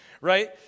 right